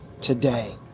today